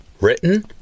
Written